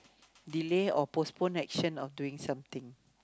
delay or postpone action of doing something